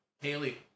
Haley